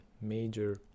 major